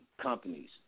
companies